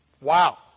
Wow